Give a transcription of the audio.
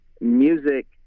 music